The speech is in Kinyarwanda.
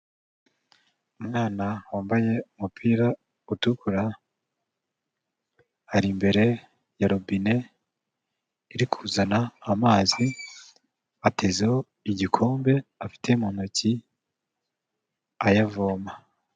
Umwana wambaye umupira utukura, ari imbere ya robine iri kuzana amazi, atezeho igikombe afite mu ntoki ayavoma.